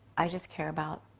i just care about